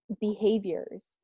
behaviors